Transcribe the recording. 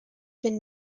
been